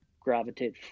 gravitate